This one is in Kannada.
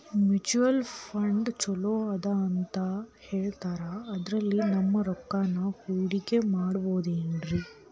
ಮ್ಯೂಚುಯಲ್ ಫಂಡ್ ಛಲೋ ಅದಾ ಅಂತಾ ಹೇಳ್ತಾರ ಅದ್ರಲ್ಲಿ ನಮ್ ರೊಕ್ಕನಾ ಹೂಡಕಿ ಮಾಡಬೋದೇನ್ರಿ?